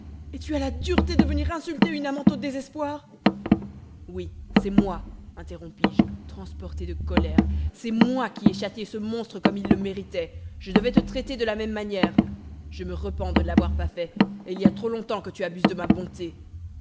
et tu as la dureté de venir insulter une amante au désespoir oui c'est moi interrompis-je transporté de colère c'est moi qui ai châtié ce monstre comme il le méritait je devais te traiter de la même manière je me repens de ne l'avoir pas fait et il y a trop longtemps que tu abuses de ma bonté